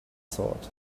thoughts